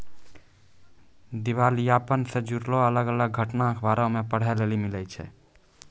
दिबालियापन से जुड़लो अलग अलग घटना अखबारो मे पढ़ै लेली मिलै छै